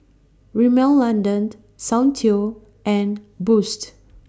Rimmel London Soundteoh and Boost